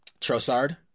Trossard